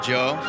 Joe